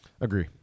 Agree